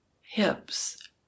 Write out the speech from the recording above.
hips